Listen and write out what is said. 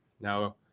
Now